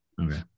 okay